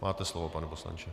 Máte slovo, pane poslanče.